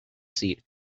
seat